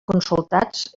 consultats